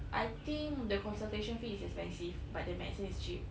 I think the consultation fee is expensive but the medicine is cheap